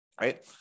right